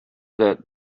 that